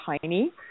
tiny